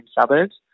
suburbs